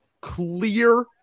clear